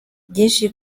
byinshi